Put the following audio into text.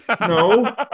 No